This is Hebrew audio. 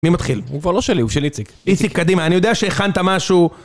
מי מתחיל? הוא כבר לא שלי, הוא של איציק. איציק קדימה, אני יודע שהכנת משהו...